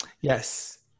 Yes